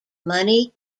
money